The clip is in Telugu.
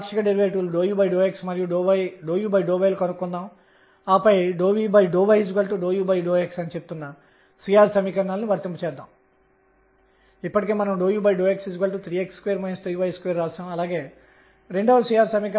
దీనికి బదులుగా మనం పొందగలిగేది ఏమిటంటే nr n మరియు n అనే విభిన్న క్వాంటం సంఖ్యలతో విభిన్న కక్ష్యలు nrn|n| పై ఆధారపడి ఒకే ఎనర్జీ En ని కలిగి ఉంటాయి